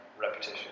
repetition